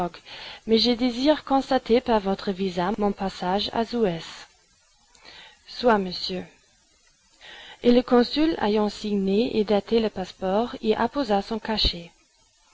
mais je désire constater par votre visa mon passage à suez soit monsieur et le consul ayant signé et daté le passeport y apposa son cachet